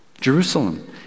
Jerusalem